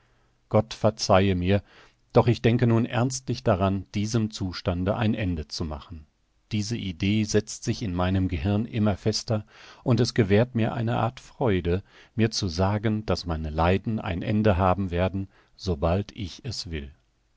gott verzeihe mir doch ich denke nun ernstlich daran diesem zustande ein ende zu machen diese idee setzt sich in meinem gehirn immer fester und es gewährt mir eine art freude mir zu sagen daß meine leiden ein ende haben werden so bald ich es will